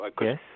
Yes